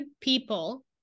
people